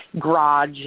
garage